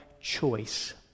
choice